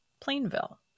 Plainville